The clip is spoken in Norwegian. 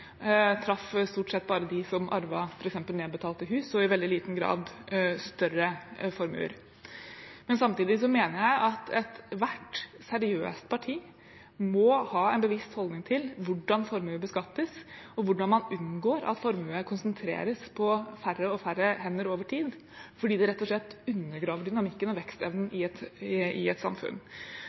traff dårlig, som stort sett bare traff dem som arvet f.eks. nedbetalte hus, og traff i veldig liten grad større formuer. Samtidig mener jeg at ethvert seriøst parti må ha en bevisst holdning til hvordan formue beskattes, og hvordan man unngår at formue konsentreres på færre og færre hender over tid, fordi dette rett og slett undergraver dynamikken og vekstevnen i et samfunn.